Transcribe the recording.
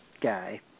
guy